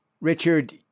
Richard